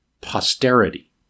posterity